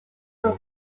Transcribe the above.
were